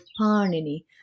Parnini